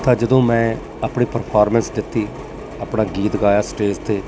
ਤਾਂ ਜਦੋਂ ਮੈਂ ਆਪਣੀ ਪਰਫੋਰਮੈਂਸ ਦਿੱਤੀ ਆਪਣਾ ਗੀਤ ਗਾਇਆ ਸਟੇਜ 'ਤੇ